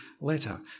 letter